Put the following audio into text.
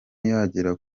yagera